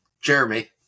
Jeremy